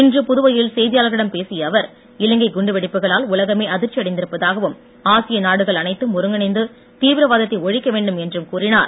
இன்று புதுவையில் செய்தியாளர்களிடம் பேசிய அவர் இலங்கை குண்டுவெடிப்புகளால் உலகமே அதிர்ச்சி அடைந்திருப்பதாகவும் ஆசிய நாடகள் அனைத்தும் ஒருங்கிணைந்து தீவிரவாதத்தை ஒழிக்க வேண்டும் என்றும் கூறினார்